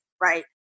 right